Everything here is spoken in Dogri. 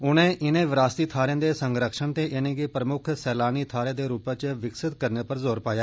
उनें इनें विरासती थहारें दे संरक्षण ते इनें गी प्रमुक्ख सैलानी थाहरें दे रुपा च विकसित करने उप्पर जोर पाया